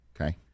Okay